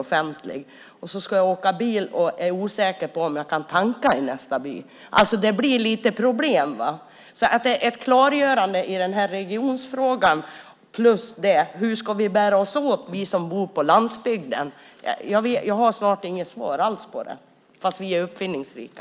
Jag måste åka bil och är osäker på om jag kan tanka i nästa by. Det blir problem. Jag vill ha ett klargörande i regionfrågan. Hur ska vi som bor på landsbygden ska bära oss åt? Jag har inget svar på det, trots att vi är uppfinningsrika.